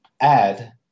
add